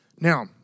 Now